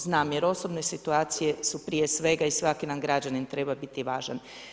Znam jer osobne situacije su prije svega i svaki nam građanin treba biti važan.